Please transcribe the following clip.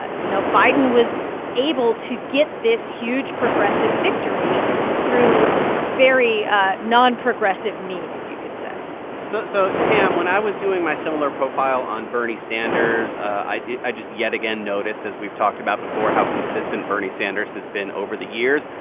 ah you know, biden was able to get this huge, progressive victory through very non-progressive means, you could say so, so tam, when i was doing my similar profile on bernie sanders, i i just yet again noticed, as we've talked about before, how consistent bernie sanders has been over the years.